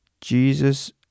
Jesus